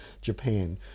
Japan